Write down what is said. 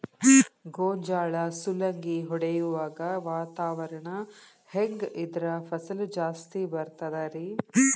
ಗೋಂಜಾಳ ಸುಲಂಗಿ ಹೊಡೆಯುವಾಗ ವಾತಾವರಣ ಹೆಂಗ್ ಇದ್ದರ ಫಸಲು ಜಾಸ್ತಿ ಬರತದ ರಿ?